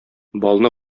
балны